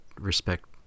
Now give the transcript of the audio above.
respect